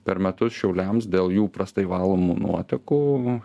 per metus šiauliams dėl jų prastai valomų nuotekų